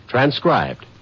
Transcribed